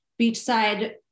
beachside